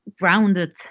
grounded